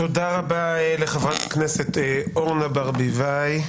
תודה רבה לחברת הכנסת אורנה ברביבאי.